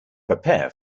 prepare